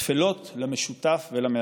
טפלות למשותף ולמאחד.